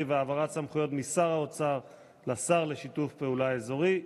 והעברת סמכויות משר האוצר לשר לשיתוף פעולה אזורי.